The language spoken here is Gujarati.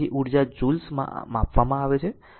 તેથી ઉર્જા જૌલ્સમાં માપવામાં આવે છે